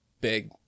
big